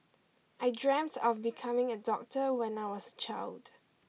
I dreamt of becoming a doctor when I was a child